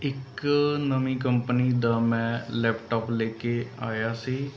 ਇੱਕ ਨਵੀਂ ਕੰਪਨੀ ਦਾ ਮੈਂ ਲੈਪਟੋਪ ਲੈ ਕੇ ਆਇਆ ਸੀ